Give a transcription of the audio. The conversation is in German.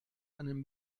einem